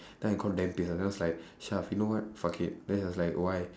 then I contemplate [what] then I was like you know what fuck it then she was like why